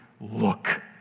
look